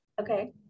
Okay